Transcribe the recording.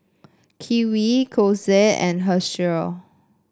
Kiwi Xorex and Herschel